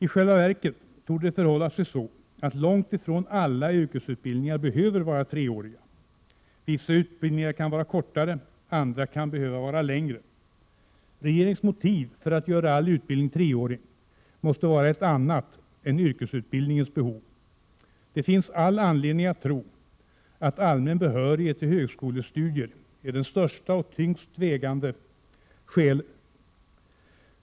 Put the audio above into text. I själva verket torde det förhålla sig så att långt ifrån alla yrkesutbildningar behöver vara treåriga. Vissa utbildningar kan vara kortare — andra kan behöva vara längre. Regeringens motiv för att göra all utbildning treårig måste vara något annat än yrkesutbildningens behov. Det finns all anledning att tro att allmän behörighet till högskolestudier är det största och tyngst vägande skälet.